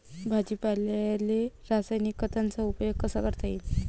भाजीपाल्याले रासायनिक खतांचा उपयोग कसा करता येईन?